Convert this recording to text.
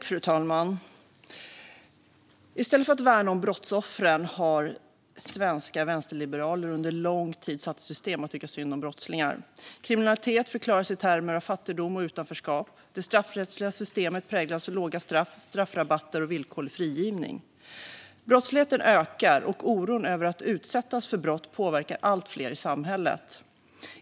Fru talman! I stället för att värna brottsoffren har svenska vänsterliberaler under lång tid satt i system att tycka synd om brottslingar. Kriminalitet förklaras i termer av fattigdom och utanförskap, och det straffrättsliga systemet präglas av låga straff, straffrabatter och villkorlig frigivning. Brottsligheten ökar, och oron över att utsättas för brott påverkar allt fler i samhället.